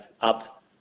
up